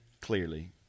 clearly